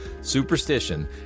superstition